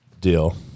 deal